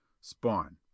Spawn